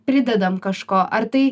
pridedam kažko ar tai